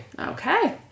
okay